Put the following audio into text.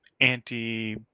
anti